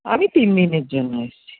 আমি তিনদিনের জন্য এসেছি